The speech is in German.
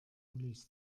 verließ